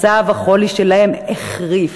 מצב החולי שלהם החריף.